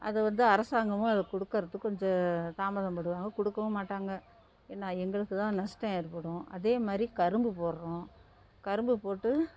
அது வந்து அரசாங்கமும் அது கொடுக்குறத்துக்கு கொஞ்சம் தாமதம் படுவாங்க கொடுக்கவும் மாட்டாங்க என்ன எங்களுக்கு தான் நஷ்டம் ஏற்படும் அதே மாதிரி கரும்பு போடுறோம் கரும்பு போட்டு